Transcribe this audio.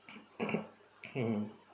mmhmm